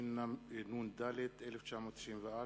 התשנ"ד 1994,